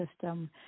system